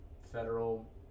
federal